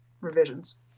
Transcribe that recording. revisions